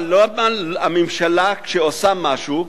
אבל למה הממשלה, כשהיא עושה משהו,